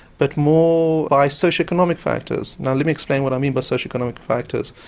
but more by socio-economic factors. now let me explain what i mean by socio-economic factors.